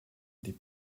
des